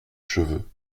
cheveux